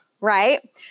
right